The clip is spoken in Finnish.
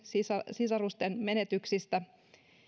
sisarusten menetyksistä